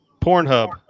Pornhub